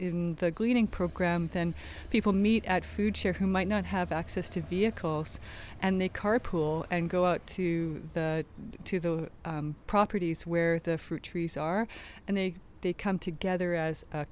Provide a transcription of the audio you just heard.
in the gleaning program then people meet at food share who might not have access to vehicles and they carpool and go out to the to the properties where the fruit trees are and they they come together as a